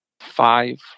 five